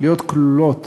להיות כלולות